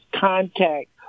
contact